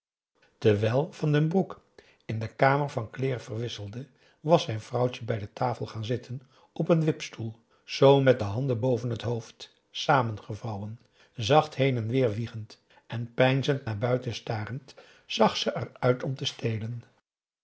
terwijl van den broek in zijn kamer van kleeren verwisselde was zijn vrouwtje bij de tafel gaan zitten op een wipstoel zoo met de handen boven het hoofd p a daum hoe hij raad van indië werd onder ps maurits samengevouwen zacht heen en weêr wiegend en peinzend naar buiten starend zag ze eruit om te stelen